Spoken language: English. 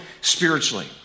spiritually